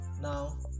Now